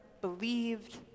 believed